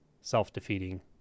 Self-defeating